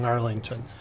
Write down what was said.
Arlington